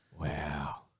Wow